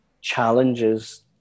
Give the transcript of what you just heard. challenges